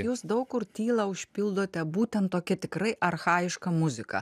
jūs daug kur tylą užpildote būtent tokia tikrai archajiška muzika